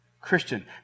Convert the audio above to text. Christian